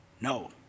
No